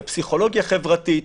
בפסיכולוגיה חברתית,